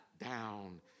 down